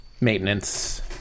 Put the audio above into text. maintenance